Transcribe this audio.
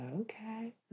okay